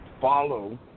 follow